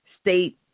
state